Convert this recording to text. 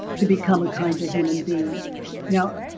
to become a kinder human being now,